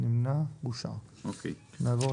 מי נמנע?